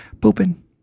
Pooping